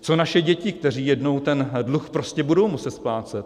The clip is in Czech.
Co naše děti, které jednou ten dluh prostě budou muset splácet?